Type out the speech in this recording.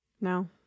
No